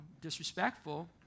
disrespectful